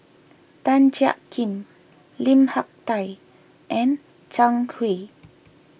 Tan Jiak Kim Lim Hak Tai and Zhang Hui